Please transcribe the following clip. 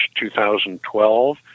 2012